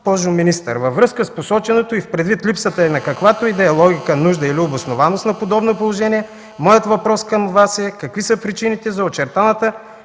госпожо министър, във връзка с посочената и предвид липсата на каквато и да е логика, нужда или обоснованост на подобно положение, моят въпрос към Вас е какви са причините за очертаната